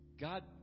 God